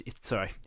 Sorry